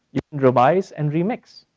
revise and remix,